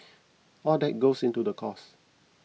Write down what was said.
all that goes into the cost